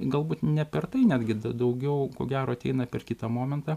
galbūt ne per tai netgi daugiau ko gero ateina per kitą momentą